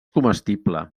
comestible